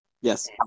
Yes